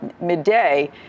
midday